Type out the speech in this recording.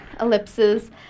ellipses